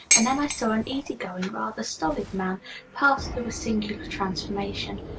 and then i saw an easy-going, rather stolid man pass through a singular transformation.